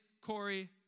Corey